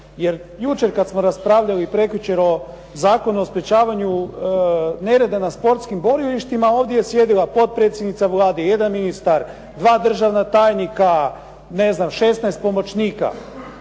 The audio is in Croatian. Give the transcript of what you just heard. jer jučer kad smo raspravljali i prekjučer o Zakonu o sprječavanju nereda na sportskim borilištima ovdje je sjedila potpredsjednica Vlade, jedan ministar, dva državna tajnika, šesnaest pomoćnika